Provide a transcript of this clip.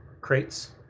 crates